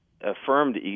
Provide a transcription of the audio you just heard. affirmed